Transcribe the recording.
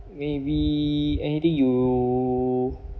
maybe anything you